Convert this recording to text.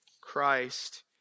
Christ